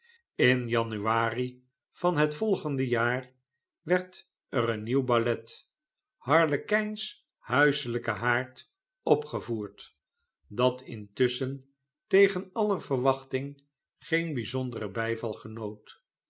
in januari van het volgende jaar werd er een nieuw ballet harlekijn'shuiselijkehaard opgevoerd dat intusschen tegen aller verwachting geen bijzonderen bijval genoot